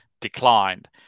declined